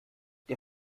der